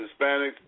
Hispanics